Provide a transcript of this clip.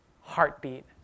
heartbeat